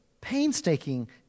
painstaking